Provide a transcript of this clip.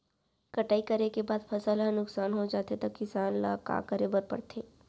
कटाई करे के बाद फसल ह नुकसान हो जाथे त किसान ल का करे बर पढ़थे?